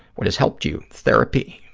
what has helped you? therapy,